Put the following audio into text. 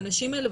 האנשים האלה,